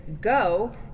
go